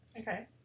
Okay